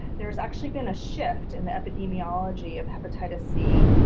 there's actually been a shift in the epidemiology of hepatitis c,